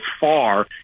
far